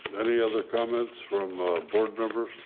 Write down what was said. any other comments from board members?